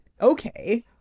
Okay